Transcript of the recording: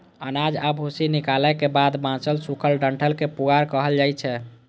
अनाज आ भूसी निकालै के बाद बांचल सूखल डंठल कें पुआर कहल जाइ छै